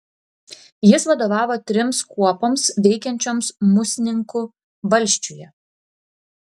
jis vadovavo trims kuopoms veikiančioms musninkų valsčiuje